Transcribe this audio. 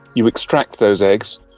you extract those eggs,